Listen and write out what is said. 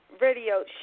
radio